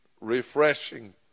refreshing